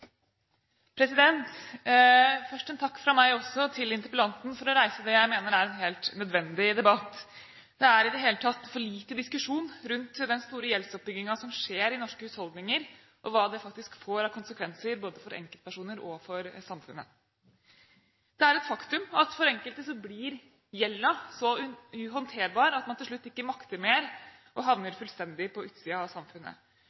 Først en takk fra meg også til interpellanten for å reise det jeg mener er en helt nødvendig debatt. Det er i det hele tatt for lite diskusjon rundt den store gjeldsoppbyggingen som skjer i norske husholdninger, om hva det faktisk får av konsekvenser for både enkeltpersoner og samfunnet. Det er et faktum at for enkelte blir gjelden så uhåndterbar at man til slutt ikke makter mer, og man havner fullstendig på utsiden av samfunnet.